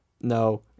No